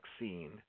vaccine